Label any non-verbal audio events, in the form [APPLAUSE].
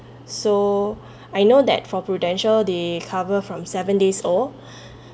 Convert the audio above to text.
so [BREATH] I know that for Prudential they cover from seven years old [BREATH]